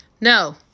No